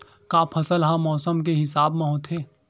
का फसल ह मौसम के हिसाब म होथे?